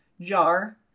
Jar